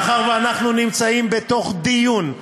מאחר שאנחנו נמצאים בתוך דיון,